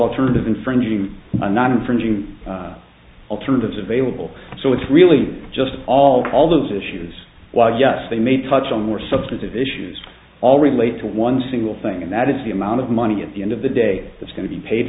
alternative infringing not infringing alternatives available so it's really just all all those issues why yes they may touch on more substantive issues all relate to one single thing and that is the amount of money at the end of the day that's going to be paid